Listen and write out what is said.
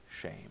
shame